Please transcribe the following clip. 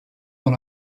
dans